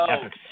epic